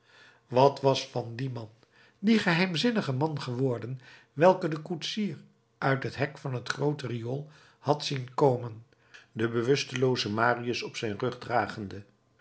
wat was van dien man dien geheimzinnigen man geworden welken de koetsier uit het hek van het groote riool had zien komen den bewusteloozen marius op zijn rug dragende